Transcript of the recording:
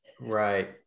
Right